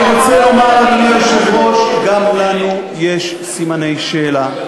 אני רוצה לומר שגם לנו יש סימני שאלה.